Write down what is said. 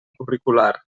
curricular